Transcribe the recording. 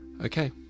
Okay